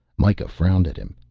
mikah frowned at him.